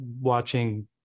watching